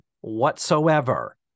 whatsoever